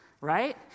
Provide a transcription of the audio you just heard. Right